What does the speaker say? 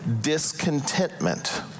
discontentment